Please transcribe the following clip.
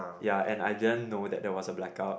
ya and I then know that there was a blackout